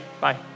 Bye